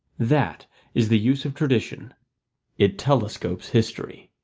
that is the use of tradition it telescopes history.